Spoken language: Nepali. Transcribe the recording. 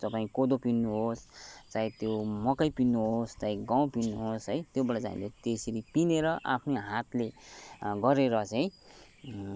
तपाईँ कोदो पिन्नुहोस् चाहे त्यो मकै पिन्नुहोस् चाहे गहुँ पिन्नुहोस् है त्योबाट चाहिँ हामीले त्यसरी पिनेर आफ्नै हातले गरेर चाहिँ